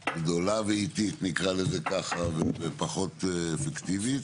יותר גדולה ואיטית נקרא לזה ככה, ופחות אפקטיבית.